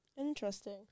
interesting